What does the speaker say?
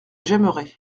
j’aimerai